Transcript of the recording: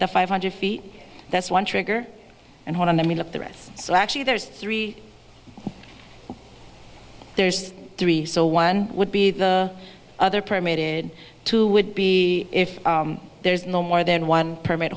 the five hundred feet that's one trigger and one i mean of the rest so actually there's three there's three so one would be the other permitted to would be if there's no more than one permit